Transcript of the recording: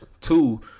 Two